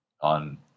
on